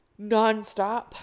nonstop